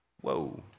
Whoa